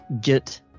get